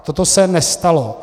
Toto se nestalo.